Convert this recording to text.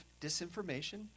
disinformation